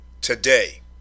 today